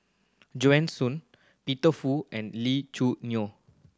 Joanne Soo Peter Fu and Lee Choo Neo